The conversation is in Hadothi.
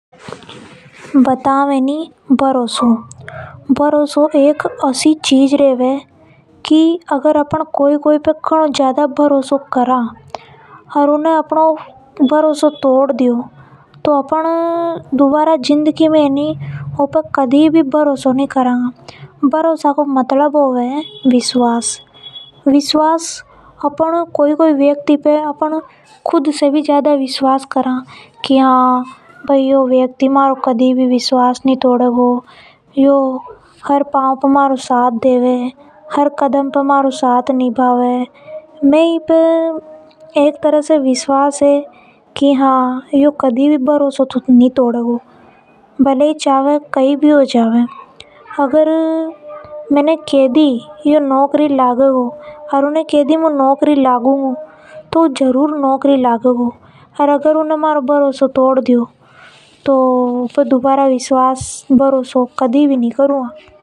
बताऊं ए नी भरोसो एक अशी चीज है कि अगर अपन ने कोई कोई पे घनों ज़्यादा भरो सो कर लियो और उन्हें अपनों भरोसा ये तोड़ दियो तो अपन दुबारा जिंदगी में कभी ऊ पे कभी भरोसा नि करेगा। भरोसा को मतलब होवे है विश्वास कर बो। अपन कोई कोई व्यक्ति पे खुद से भी ज्यादा विश्वास करा। की बई हा यो व्यक्ति मारो कदी भी विश्वास नि तोड़ेगा। यो हर कदम पे मारो साथ देवे। अपन ये ई व्यक्ति पे आतने विश्वास है कि तो कदी भी भरोसे तो नि तोड़े गो। अगर अपन न कोई पे विश्वास है कि यो नौकरी लगेगा तो ऊ जरूर लगेगा एनी ये विश्वास केबे है।